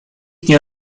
nie